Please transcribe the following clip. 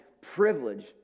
privilege